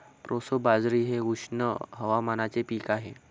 proso बाजरी हे उष्ण हवामानाचे पीक आहे